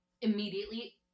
Immediately